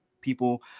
people